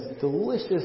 delicious